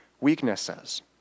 Weaknesses